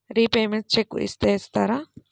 Repayments check చేస్తారా?